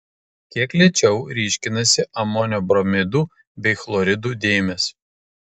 kiek lėčiau ryškinasi amonio bromidų bei chloridų dėmės